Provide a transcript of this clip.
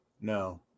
No